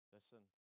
Listen